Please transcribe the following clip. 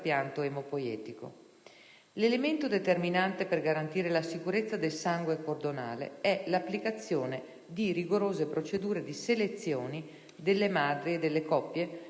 L'elemento determinante per garantire la sicurezza del sangue cordonale è l'applicazione di rigorose procedure di selezione delle madri e delle coppie prima della donazione.